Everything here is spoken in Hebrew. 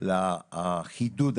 לחידוד הזה,